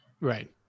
Right